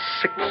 six